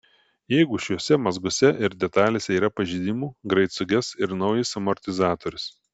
jeigu šiuose mazguose ir detalėse yra pažeidimų greit suges ir naujas amortizatorius